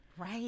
Right